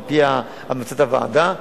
על-פי המלצת הוועדה.